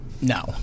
No